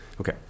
Okay